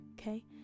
okay